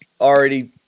already